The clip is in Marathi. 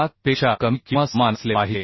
7 पेक्षा कमी किंवा समान असले पाहिजे